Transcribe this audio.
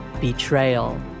betrayal